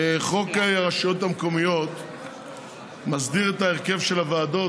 חוק הרשויות המקומיות מסדיר את ההרכב של הוועדות